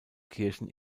kirchen